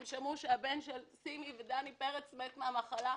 הם שמעו שהבן של סימי ודני פרץ מת מן המחלה,